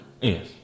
Yes